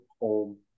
home